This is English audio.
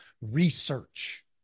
research